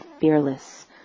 fearless